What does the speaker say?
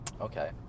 Okay